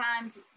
times